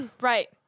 Right